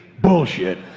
bullshit